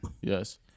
Yes